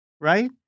Right